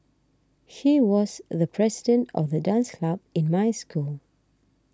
he was the president of the dance club in my school